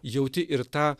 jauti ir tą